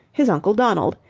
his uncle donald.